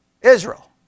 Israel